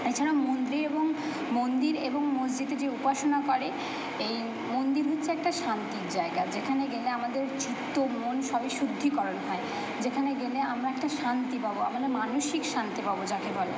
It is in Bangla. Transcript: এছাড়া মন্দির এবং মন্দির এবং মসজিদে যে উপাসনা করে এই মন্দির হচ্ছে একটা শান্তির জায়গা যেখানে গেলে আমাদের চিত্ত মন সবই শুদ্ধিকরণ হয় যেখানে গেলে আমারা একটু শান্তি পাবো আমাদের মানসিক শান্তি পাবো যাকে বলে